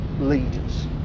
leaders